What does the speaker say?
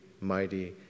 mighty